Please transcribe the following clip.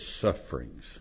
sufferings